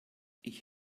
ich